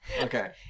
okay